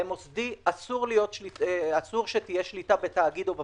למוסדי אסור שתהיה שליטה בתאגיד או בפרויקט.